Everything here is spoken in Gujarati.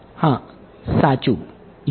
હા સાચું